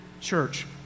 church